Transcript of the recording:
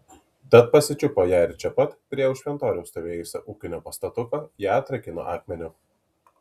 tad pasičiupo ją ir čia pat prie už šventoriaus stovėjusio ūkinio pastatuko ją atrakino akmeniu